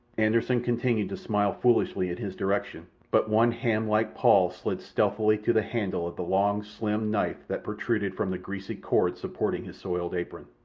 anderssen continued to smile foolishly in his direction, but one ham-like paw slid stealthily to the handle of the long, slim knife that protruded from the greasy cord supporting his soiled apron.